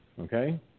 Okay